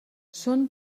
són